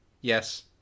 yes